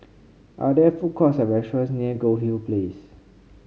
are there food courts or restaurants near Goldhill Place